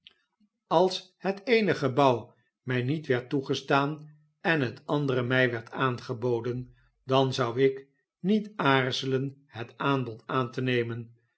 als het eene gebouw mij niet werd toegestaan en het andere mij werd aangeboden dan zou ik niet aarzelen het aanbod aan te nemen